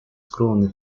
скромный